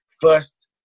first